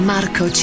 Marco